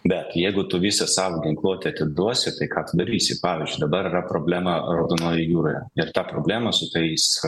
bet jeigu tu visą savo ginkluotę atiduosi tai ką tu darysi pavyzdžiui dabar yra problema raudonoj jūroje ir tą problemą su tais